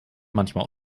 manchmal